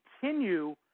continue